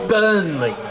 Burnley